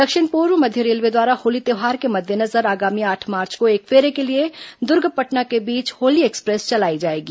दक्षिण पूर्व मध्य रेलवे द्वारा होली त्यौहार के मद्देनजर आगामी आठ मार्च को एक फेरे के लिए दुर्ग पटना के बीच होली एक्सप्रेस चलाई जाएगी